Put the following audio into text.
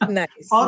nice